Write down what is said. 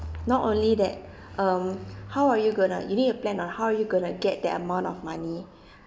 not only that um how are you going to you need to plan on how you are going to get that amount of money